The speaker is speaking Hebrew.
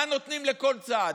מה נותנים לכל צד.